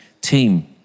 team